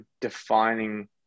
defining